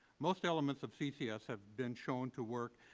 most elements of ccs have been shown to work